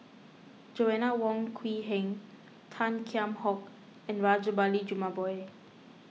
Joanna Wong Quee Heng Tan Kheam Hock and Rajabali Jumabhoy